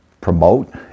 promote